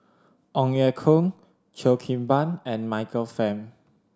Ong Ye Kung Cheo Kim Ban and Michael Fam